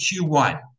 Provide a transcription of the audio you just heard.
Q1